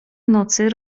nocy